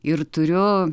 ir turiu